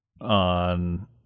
on